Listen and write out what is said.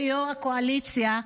ליו"ר הקואליציה,